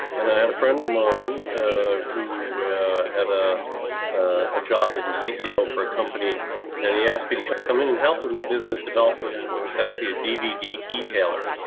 and i had a friend of mine who had a a job as a ceo for a company and he asked me to come um in and help him with business development, it was actually a dvd e-tailer.